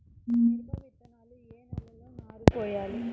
మిరప విత్తనాలు ఏ నెలలో నారు పోయాలి?